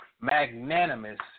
magnanimous